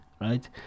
right